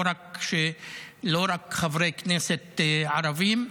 לא רק מחברי כנסת ערבים.